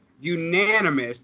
unanimous